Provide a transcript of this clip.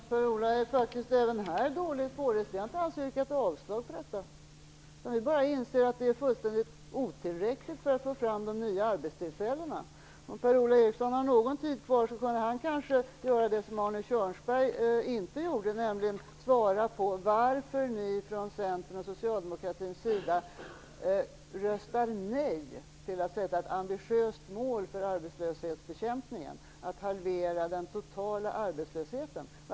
Fru talman! Per-Ola Eriksson är faktiskt även här dåligt påläst. Vi har inte ens yrkat avslag på detta. Vi inser bara att det är fullständigt otillräckligt för att få fram de nya arbetstillfällena. Om Per-Ola Eriksson har någon taletid kvar kanske han kan göra det som Arne Kjörnsberg inte gjorde, nämligen svara på varför ni från centerns och socialdemokraternas sida röstar nej till att sätta upp ett ambitiöst mål för arbetslöshetsbekämpningen - att halvera den totala arbetslösheten.